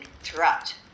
throughout